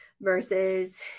versus